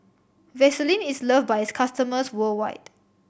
Vaselin is love by its customers worldwide